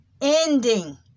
ending